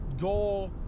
goal